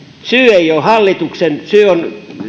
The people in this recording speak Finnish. syy ei ole hallituksen syy on